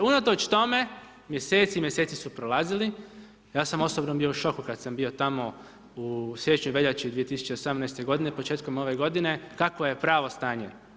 Unatoč tome, mjeseci i mjeseci su prolazili, ja sam osobno bio u šoku kad sam bio tamo u siječnju i veljači 2018. godine, početkom ove godine, kakvo je pravo stanje.